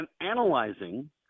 analyzing